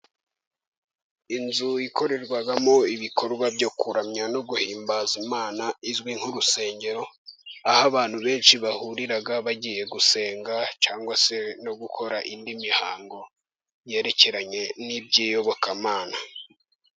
Inzu yakorerwagamo ibikorwa byo kuramya no guhimbaza Imana, izwi nk'urusengero aho abantu benshi bahurira bagiye gusenga cyangwa se no gukora indi mihango yerekeranye n'iby'Iyobokamana.